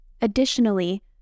Additionally